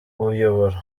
uyobora